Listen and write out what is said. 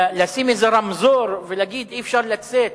לשים איזה רמזור ולהגיד: אי-אפשר לצאת,